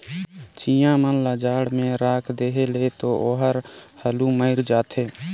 चिंया मन ल जाड़ में राख देहे ले तो ओहर हालु मइर जाथे